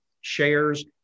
shares